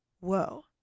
whoa